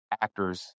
actors